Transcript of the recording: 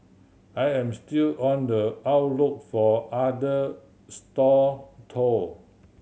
I am still on the outlook for other stall though